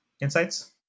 insights